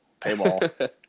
Paywall